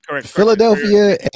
Philadelphia